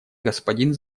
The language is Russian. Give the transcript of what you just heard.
господин